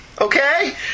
Okay